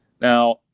Now